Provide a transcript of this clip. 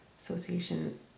Association